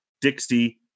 Dixie